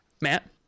Matt